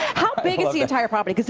how big is the entire property?